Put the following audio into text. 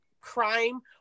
crime